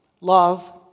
Love